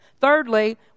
Thirdly